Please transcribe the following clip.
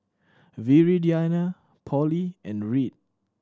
Viridiana Polly and Reid